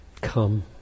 come